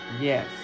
Yes